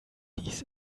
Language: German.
dies